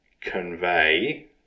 convey